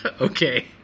okay